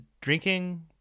drinking